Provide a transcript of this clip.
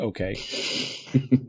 okay